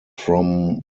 from